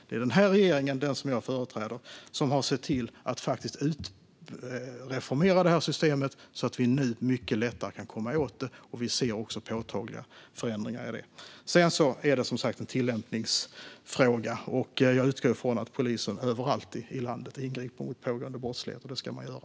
Det är den här regeringen, som jag företräder, som har sett till att reformera systemet så att vi nu mycket lättare kan komma åt problemet, och vi ser också påtagliga förändringar. Sedan är det som sagt en tillämpningsfråga. Jag utgår från att polisen överallt i landet ingriper mot pågående brottslighet - det ska man göra.